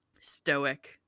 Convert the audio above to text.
stoic